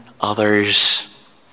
others